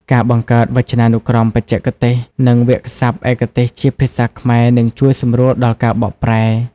ការបង្កើតវចនានុក្រមបច្ចេកទេស និងវាក្យសព្ទឯកទេសជាភាសាខ្មែរ នឹងជួយសម្រួលដល់ការបកប្រែ។